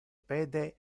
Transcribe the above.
pede